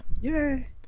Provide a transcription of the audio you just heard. Yay